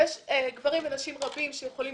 יש גברים ונשים רבים שיכולים